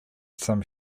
some